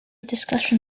discussion